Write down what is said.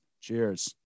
Cheers